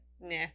Nah